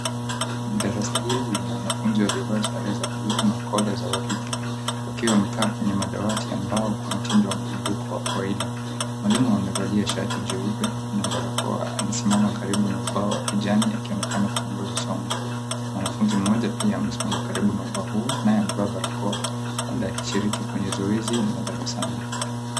Darasa hili lina wanafunzi waliovaa sare za buluu na kola za waridi, wakiwa wamekaa kwenye madawati ambao kwa mtindo wa mzunguko wa kawaida. Mwalimu amevalia shati jeupe na barakoa anasimama karibu na ubao wa kijani akionekana kuongozwa somo. Mwanafunzi mmoja pia amesimama karibu na ubao huu, naye amevaa barakoa labda kishiriki kwenye zoezi la darasani.